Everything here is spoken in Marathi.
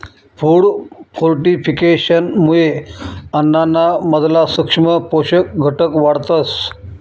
फूड फोर्टिफिकेशनमुये अन्नाना मधला सूक्ष्म पोषक घटक वाढतस